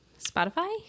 Spotify